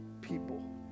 people